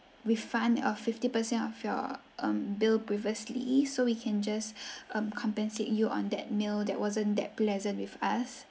refund of fifty percent of your um bill previously so we can just um compensate you on that meal that wasn't that pleasant with us